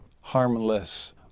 harmless